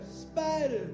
spider